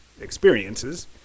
experiences